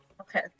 Okay